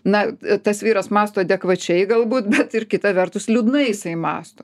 na tas vyras mąsto adekvačiai galbūt bet ir kita vertus liūdnai jisai mąsto